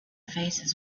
faces